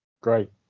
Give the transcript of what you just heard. Great